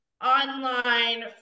online